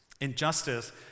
Injustice